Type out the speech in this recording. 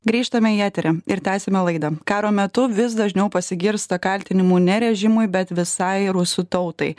grįžtame į eterį ir tęsiame laidą karo metu vis dažniau pasigirsta kaltinimų ne režimui bet visai rusų tautai